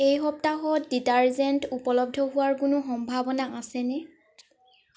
এই সপ্তাহত ডিটাৰজেন্ট উপলব্ধ হোৱাৰ কোনো সম্ভাৱনা আছেনে